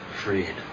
freed